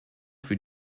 für